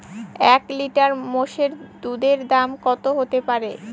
এক লিটার মোষের দুধের দাম কত হতেপারে?